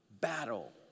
battle